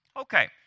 Okay